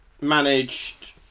managed